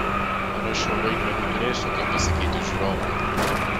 ar aš šiuo vaidmeniu turėsiu ką pasakyti žiūrovui